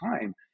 time